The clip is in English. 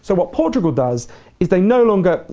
so what portugal does is they no longer,